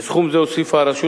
לסכום זה הוסיפה הרשות,